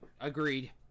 agreed